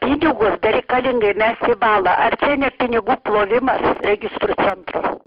pinigus bereikalingai mesti į balą ar čia ne pinigų plovimas registrų centro